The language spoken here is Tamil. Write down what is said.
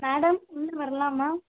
மேடம் உள்ளே வரலாமா